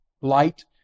Light